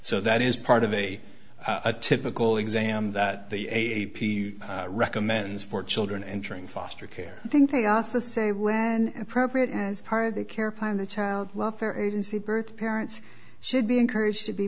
so that is part of a a typical exam that the a p recommends for children entering foster care i think they also say when appropriate as part of the care plan the child welfare agency birth parents should be encouraged to be